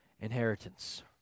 inheritance